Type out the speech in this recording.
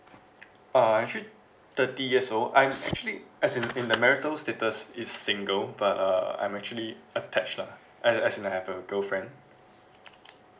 ah actually thirty years old I actually as in in the marital status is single but uh I'm actually attached lah as as in I have a girlfriend